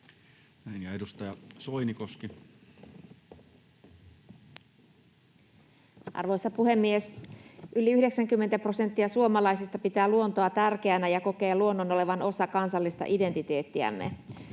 Time: 17:41 Content: Arvoisa puhemies! Yli 90 prosenttia suomalaisista pitää luontoa tärkeänä ja kokee luonnon olevan osa kansallista identiteettiämme.